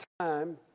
time